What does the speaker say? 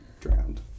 drowned